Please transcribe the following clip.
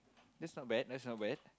that's not bad that's not bad